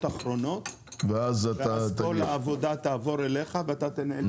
אחרונות ואז כל העבודה תעבור אליך ואתה תנהל את הדיון,